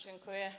Dziękuję.